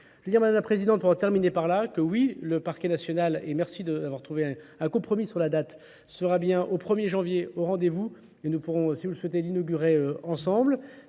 Je veux dire Madame la Présidente, pour terminer par là, que oui, le Parquet National, et merci d'avoir trouvé un compromis sur la date, sera bien au 1er janvier au rendez-vous et nous pourrons, si vous le souhaitez, l'inaugurer ensemble.